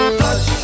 touch